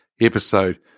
episode